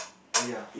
oh ya